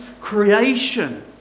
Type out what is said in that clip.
creation